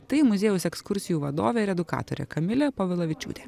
tai muziejaus ekskursijų vadovė ir edukatorė kamilė povilavičiūtė